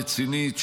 רצינית,